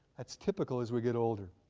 that's typical as we get older.